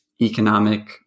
economic